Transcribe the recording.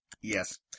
Yes